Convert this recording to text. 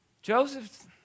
Joseph